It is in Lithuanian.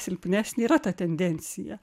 silpnesnį yra ta tendencija